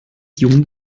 jung